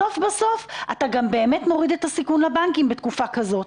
בסוף אתה גם באמת מוריד את הסיכון לבנקים בתקופה כזו.